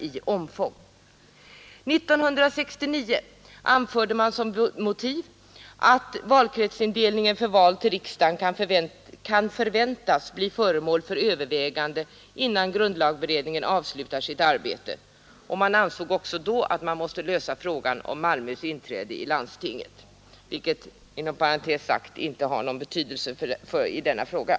1969 anförde man som motiv att valkretsindelningen för val till riksdagen kan förväntas bli föremål för övervägande innan grundlagberedningen avslutar sitt arbete, och man ansåg också då att man måste lösa problemet med Malmös inträde i landstinget, vilket inom parentes sagt inte har någon betydelse för denna fråga.